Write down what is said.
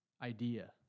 Idea